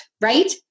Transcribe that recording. right